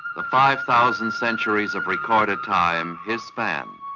the five thousand centuries of recorded time, his span.